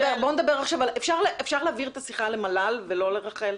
אפשר להעביר את השיחה למל"ל ולא לרח"ל?